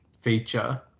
feature